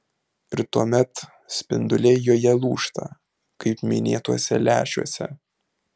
ir tuomet spinduliai joje lūžta kaip minėtuose lęšiuose